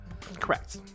correct